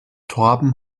torben